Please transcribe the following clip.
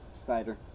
Cider